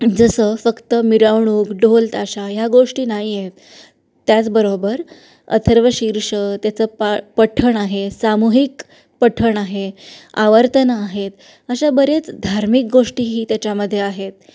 जसं फक्त मिरावणूक ढोलताशा ह्या गोष्टी नाही आहेत त्याचबरोबर अथर्वशीर्ष त्याचं पा पठण आहे सामूहिक पठण आहे आवर्तनं आहेत अशा बरेच धार्मिक गोष्टीही त्याच्यामध्ये आहेत